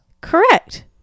Correct